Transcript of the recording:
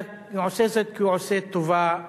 אלא עושה זאת כי הוא עושה טובה לאזרחים,